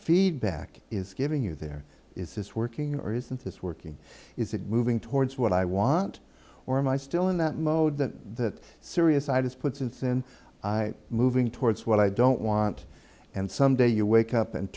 feedback is giving you there is this working or isn't this working is it moving towards what i want or am i still in that mode that the serious side is put since and i moving towards what i don't want and some day you wake up and